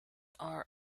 are